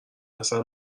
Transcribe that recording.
اصلا